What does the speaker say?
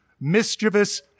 mischievous